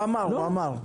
הוא אמר, אמר.